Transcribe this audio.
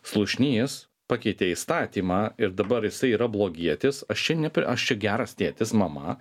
slušnys pakeitė įstatymą ir dabar jisai yra blogietis aš čia ne prie aš čia geras tėtis mama